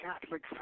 Catholic